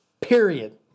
period